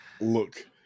Look